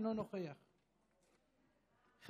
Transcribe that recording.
אינו נוכח,